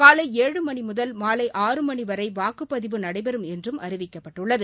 காலை ஏழு மணி முதல் மாலை ஆறு மணி வரை வாக்குப் பதிவு நடைபெறும் என்றும் அறிவிக்கப்பட்டுள்ளது